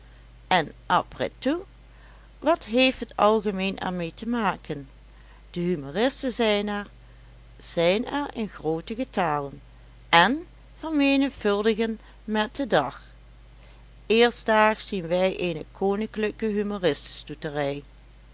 en après tout wat heeft het algemeen er mee te maken de humoristen zijn er zijn er in grooten getale en vermenigvuldigen met den dag eerstdaags zien wij eene koninklijke humoristen stoeterij